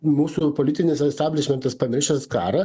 mūsų politinis establišmentas pamiršęs karą